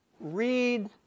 read